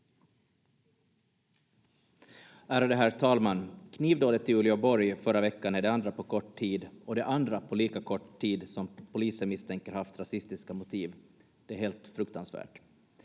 Ärade herr talman! Knivdådet i Uleåborg förra veckan är det andra på kort tid och det andra på lika kort tid som polisen misstänker har haft rasistiska motiv. Det är helt fruktansvärt.